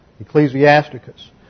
Ecclesiasticus